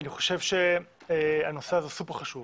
אני חושב שהנושא הזה הוא סופר חשוב.